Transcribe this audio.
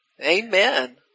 Amen